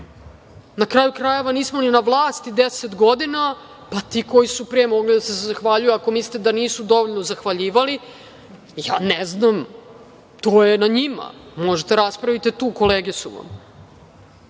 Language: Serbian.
Na kraju krajeva, nismo ni na vlasti deset godina, pa ti koji su pre, mogli su da se zahvaljuju ako mislite da nisu dovoljno zahvaljivali. Ja ne znam, to je na njima, možete da raspravite tu, kolege su